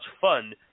fun